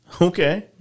Okay